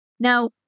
Now